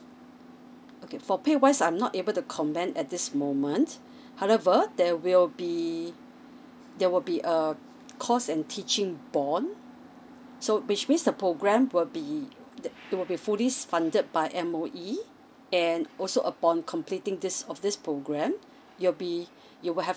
okay for pay wise I'm not able to comment at this moment however there will be there will be a course and teaching born so which means the program will be that it will be fully funded by M_O_E and also upon completing this of this programme you'll be you will have